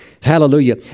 Hallelujah